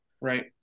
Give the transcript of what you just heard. Right